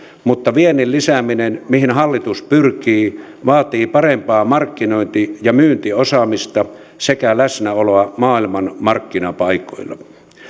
mutta viennin lisääminen mihin hallitus pyrkii vaatii parempaa markkinointi ja myyntiosaamista sekä läsnäoloa maailman markkinapaikoilla